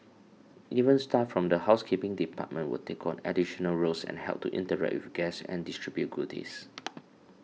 even staff from the housekeeping department will take on additional roles and help to interact with guests and distribute goodies